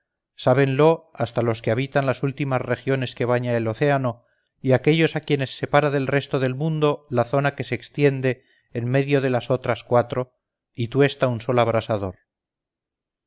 asia sábenlo hasta los que habitan las últimas regiones que baña el océano y aquellos a quiénes separa del resto del mundo la zona que se extiende en medio de las otras cuatro y tuesta un sol abrasador